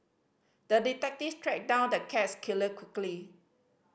the detective tracked down the cats killer quickly